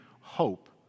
hope